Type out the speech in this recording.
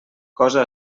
cosa